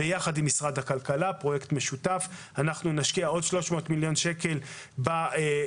ביחד עם משרד הכלכלה נשקיע עוד 300 מיליון שקל באשכולות